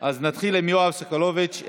נתחיל עם יואב סגלוביץ'.